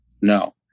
No